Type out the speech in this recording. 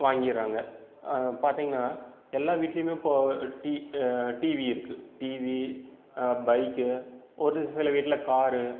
வாங்கிடுறாங்க பார்த்திங்கனா எல்லா வீட்லையுமே இப்போ டி டிவி இருக்கு டிவி பைக்கு ஒரு சில வீட்டில காரு